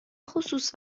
خصوص